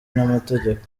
n’amategeko